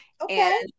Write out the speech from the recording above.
Okay